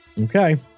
Okay